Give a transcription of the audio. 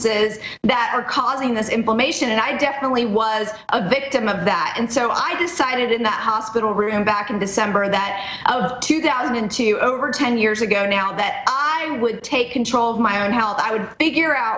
es that are causing this implication and i definitely was a victim of that and so i decided in that hospital room back in december that two thousand and two over ten years ago now that i would take control of my own health i would figure out